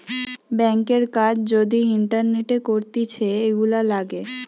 ব্যাংকের কাজ যদি ইন্টারনেটে করতিছে, এগুলা লাগে